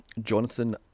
Jonathan